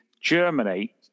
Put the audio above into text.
Germany